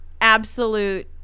absolute